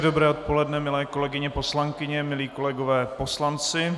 Hezké dobré odpoledne, milé kolegyně poslankyně, milí kolegové poslanci.